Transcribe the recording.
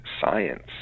science